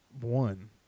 one